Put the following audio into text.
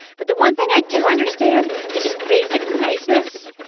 but the one thing i do understand is just basic niceness,